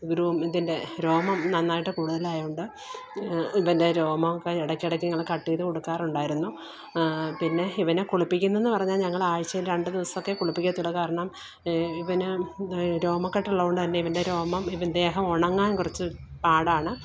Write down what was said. groom ഇതിന്റെ രോമം നന്നായിട്ട് കൂടുതൽ ആയത് കൊണ്ട് ഇവന്റെ രോമം ഒക്കെ ഇടയ്ക്ക് ഇടയ്ക്ക് ഞങ്ങള് കട്ട് ചെയ്ത് കൊടുക്കാറുണ്ടായിരുന്നു പിന്നെ ഇവനെ കുളിപ്പിക്കുന്നതെന്ന് പറഞ്ഞാൽ ഞങ്ങളാഴ്ചയില് രണ്ടു ദിവസമൊക്കെ കുളിപ്പിക്കത്തുള്ളു കാരണം ഇവന് രോമകെട്ട് ഉള്ളത് കൊണ്ട് തന്നെ ഇവന്റെ രോമം ഇവന് ദേഹം ഉണങ്ങാൻ കുറച്ച് പാടാണ്